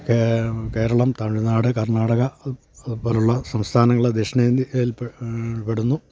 കേരളം തമിഴ്നാട് കർണാടക അത് അതുപോലെയുള്ള സംസ്ഥാനങ്ങൾ ദക്ഷിണേന്ത്യയിൽപ്പെടുന്നു